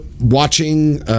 watching